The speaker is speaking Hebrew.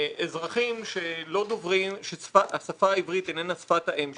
ואזרחים שהשפה העברית איננה שפת האם שלהם,